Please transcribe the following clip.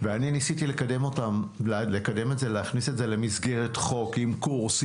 ואני ניסיתי לקדם את זה ולהכניס את זה למסגרת חוק עם קורס,